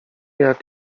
jak